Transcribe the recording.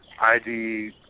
ID